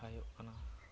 ᱥᱚᱦᱚᱨᱟᱭᱚᱜ ᱠᱟᱱᱟ